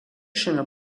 šiame